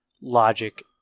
logic